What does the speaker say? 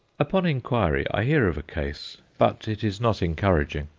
upon inquiry i hear of a case, but it is not encouraging.